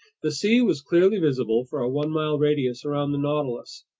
the sea was clearly visible for a one-mile radius around the nautilus.